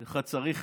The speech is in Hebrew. אחד צריך